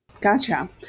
Gotcha